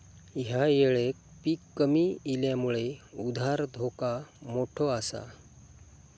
ह्या येळेक पीक कमी इल्यामुळे उधार धोका मोठो आसा